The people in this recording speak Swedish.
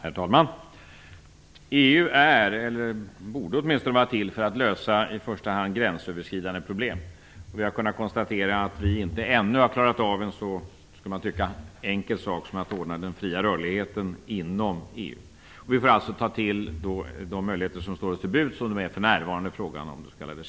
Herr talman! EU är, eller borde vara, till för att lösa i första hand gränsöverskridande problem. Vi har kunnat konstatera att vi ännu inte har kunnat klara av en så, som det kan tyckas, enkel sak som att ordna den fria rörligheten inom EU. Vi får alltså ta till de möjligheter som står till buds för oss i frågan om det s.k.